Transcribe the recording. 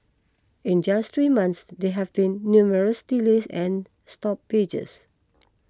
in just three months there have been numerous delays and stoppages